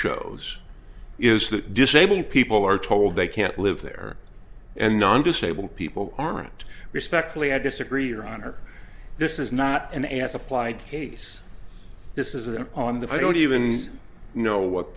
shows is that disabled people are told they can't live there and non disabled people aren't respectfully i disagree your honor this is not an as applied case this is an on the i don't even know what